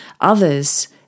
others